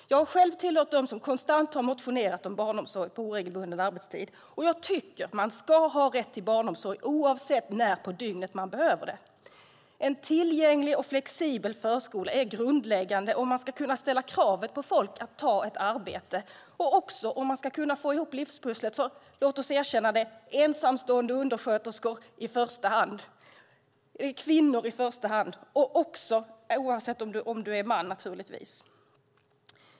Jag har tillhört dem som konstant har motionerat om barnomsorg på oregelbunden arbetstid. Jag tycker att man ska ha rätt till barnomsorg oavsett när på dygnet man behöver det. En tillgänglig och flexibel förskola är grundläggande om man ska kunna ställa krav på folk att ta ett arbete och om man ska kunna få ihop livspusslet, till exempel som ensamstående undersköterska.